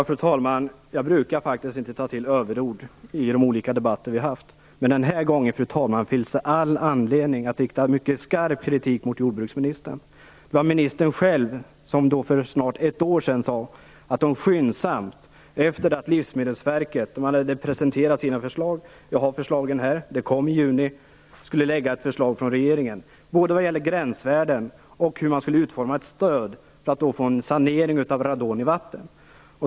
Fru talman! Jag brukar inte ta till överord i de olika debatterna. Men den här gången finns det all anledning att rikta mycket skarp kritik mot jordbruksministern. Det var ministern själv som för snart ett år sedan sade att regeringen skyndsamt efter det att Livsmedelsverket hade presenterat sina förslag - det lades fram i juni - skulle komma med ett förslag när det gäller både gränsvärden och hur man skulle utforma ett stöd för radonsanering i vatten.